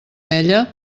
ella